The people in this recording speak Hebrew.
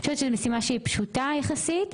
אני חושבת שזאת משימה פשוטה יחסית,